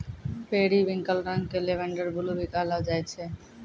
periwinkle रंग क lavender blue भी कहलो जाय छै